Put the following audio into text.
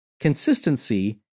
consistency